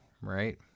right